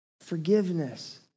Forgiveness